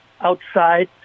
outside